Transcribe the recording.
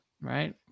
right